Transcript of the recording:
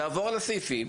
תעבור על הסעיפים.